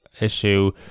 Issue